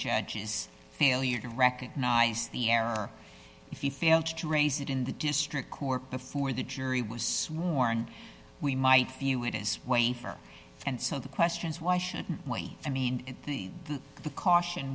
judges failure to recognize the error if you fail to raise in the district court before the jury was sworn we might few it is wafer and so the questions why shouldn't we i mean the the the caution